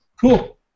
Cool